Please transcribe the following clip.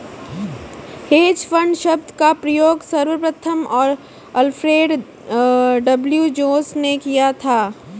hedge fund शब्द का प्रयोग सर्वप्रथम अल्फ्रेड डब्ल्यू जोंस ने किया था